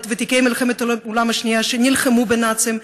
את ותיקי מלחמת עולם השנייה שנלחמו בנאצים,